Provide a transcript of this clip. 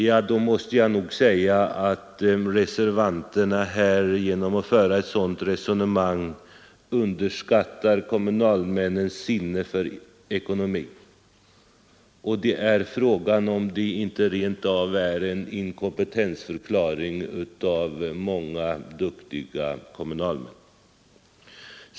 Jag måste säga att reservanterna, genom att föra ett sådant resonemang, underskattar kommunalmännens sinne för ekonomi, och det är fråga om det inte rent av innebär en inkompetensförklaring av många duktiga kommunalmän.